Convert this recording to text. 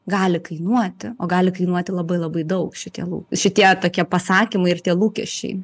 gali kainuoti o gali kainuoti labai labai daug šitie šitie tokie pasakymai ir tie lūkesčiai